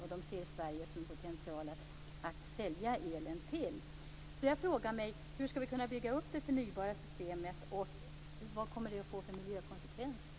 Ryssland ser Sverige som en potential att sälja elen till. Så jag frågar mig: Hur skall vi kunna bygga upp det förnybara systemet? Vad kommer det att få för miljökonsekvenser?